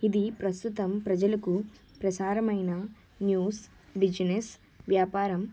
ఇది ప్రస్తుతం ప్రజలకు ప్రసారమైన న్యూస్ బిసినెస్ వ్యాపారం